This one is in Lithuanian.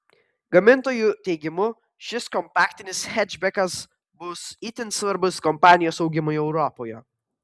gamintojų teigimu šis kompaktinis hečbekas bus itin svarbus kompanijos augimui europoje